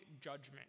judgment